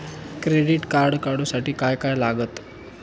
Credit card काढूसाठी काय काय लागत?